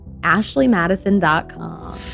AshleyMadison.com